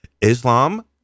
Islam